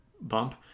bump